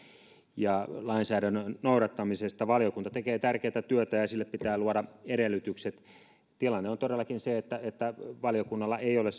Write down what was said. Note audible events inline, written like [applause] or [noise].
ja lainsäädännön noudattamisesta valiokunta tekee tärkeätä työtä ja sille pitää luoda edellytykset tilanne on todellakin se että että valiokunnalla ei ole [unintelligible]